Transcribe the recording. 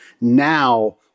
Now